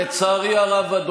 לצערי הרב,